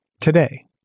Today